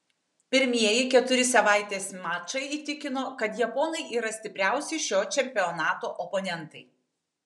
pirmieji keturi savaitės mačai įtikino kad japonai yra stipriausi šio čempionato oponentai